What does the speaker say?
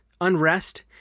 unrest